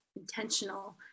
intentional